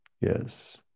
yes